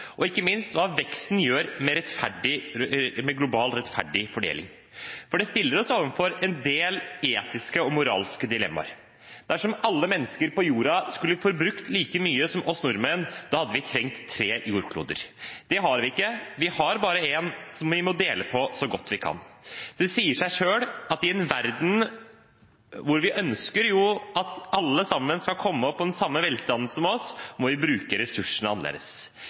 og ikke minst hva veksten gjør med global rettferdig fordeling. For det stiller oss overfor en del etiske og moralske dilemmaer. Dersom alle mennesker på jorda skulle forbrukt like mye som oss nordmenn, hadde vi trengt tre jordkloder. Det har vi ikke, vi har bare én som vi må dele på så godt vi kan. Det sier seg selv at i en verden hvor vi ønsker at alle skal komme opp på det samme velstandsnivået som oss, må vi bruke ressursene